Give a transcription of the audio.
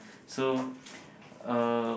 so uh